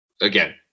Again